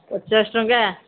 ପଚାଶ ଟଙ୍କା